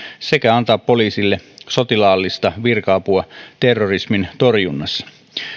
sekä antaa poliisille sotilaallista virka apua terrorismin torjunnassa